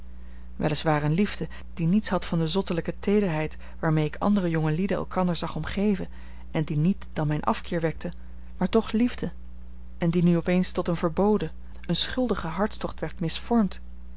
waar eene liefde die niets had van de zottelijke teederheid waarmee ik andere jongelieden elkander zag omgeven en die niet dan mijn afkeer wekte maar toch liefde en die nu op eens tot een verboden een schuldigen hartstocht werd misvormd